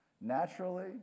naturally